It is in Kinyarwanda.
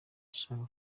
gishaka